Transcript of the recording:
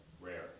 rare